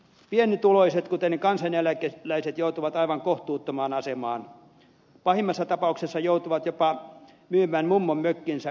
pienituloiset kuten kansaneläkeläiset joutuvat aivan kohtuuttomaan asemaan pahimmassa tapauksessa joutuvat jopa myymään mummonmökkinsä veron vuoksi